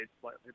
slightly